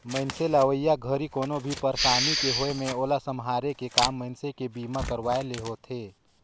मइनसे ल अवइया घरी कोनो भी परसानी के होये मे ओला सम्हारे के काम मइनसे के बीमा करवाये ले होथे